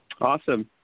Awesome